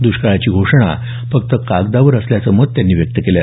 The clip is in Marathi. द्ष्काळाची घोषणा फक्त कागदावर असल्याचं मत त्यांनी व्यक्त केलं